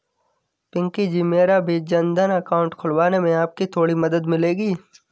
पिंकी जी मेरा भी जनधन अकाउंट खुलवाने में आपकी थोड़ी मदद लगेगी